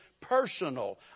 personal